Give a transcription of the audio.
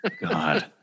God